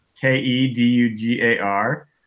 k-e-d-u-g-a-r